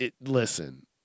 listen